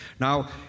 Now